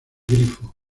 grifo